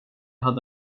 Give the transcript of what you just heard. hade